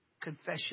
confession